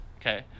Okay